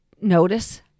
notice